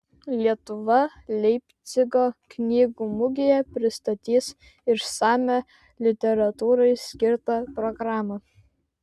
lietuva leipcigo knygų mugėje pristatys išsamią literatūrai skirtą programą